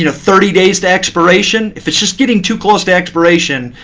you know thirty days to expiration. if it's just getting too close to expiration,